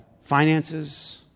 finances